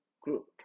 group